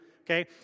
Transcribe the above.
okay